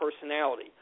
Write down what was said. personality